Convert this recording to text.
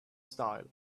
style